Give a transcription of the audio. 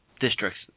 districts